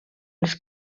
les